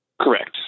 Correct